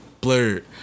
blurred